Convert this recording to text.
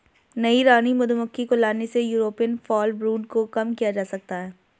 नई रानी मधुमक्खी को लाने से यूरोपियन फॉलब्रूड को कम किया जा सकता है